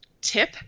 tip